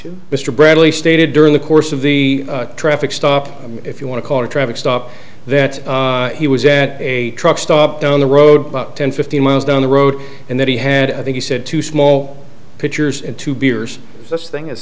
sure mr bradley stated during the course of the traffic stop if you want to call a traffic stop that he was at a truck stop down the road about ten fifteen miles down the road and that he had i think he said two small pitchers and two beers such thing as